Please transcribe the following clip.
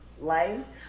lives